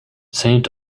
saint